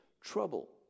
trouble